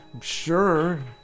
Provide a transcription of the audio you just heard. sure